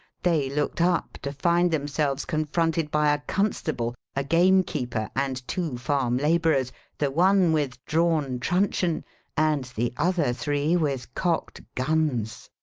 they looked up to find themselves confronted by a constable, a gamekeeper, and two farm labourers the one with drawn truncheon and the other three with cocked guns.